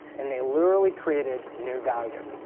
and they literally created new value.